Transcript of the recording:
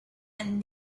and